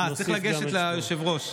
צריך לגשת ליושב-ראש.